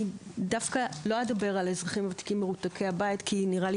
דווקא לא אדבר על אזרחים ותיקים מרותקי הבית כי נראה לי